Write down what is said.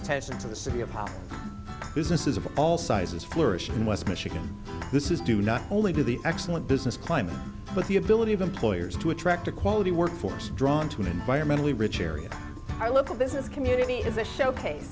attention to the city of pop businesses of all sizes flourish in west michigan this is due not only to the excellent business climate but the ability of employers to attract a quality workforce drawn to an environmentally rich area i look at this is community as a showcase